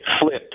flipped